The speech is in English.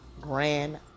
grand